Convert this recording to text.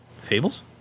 Fables